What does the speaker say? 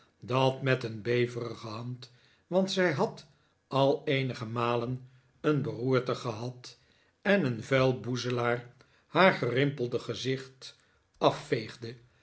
dat met een beverige hand want zij had al eenige malen een beroerte gehad en een vuil boezelaar haar gerimpelde gezicht afveegde